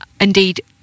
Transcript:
indeed